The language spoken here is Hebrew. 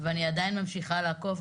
ואני עדיין ממשיכה לעקוב.